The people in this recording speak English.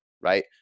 right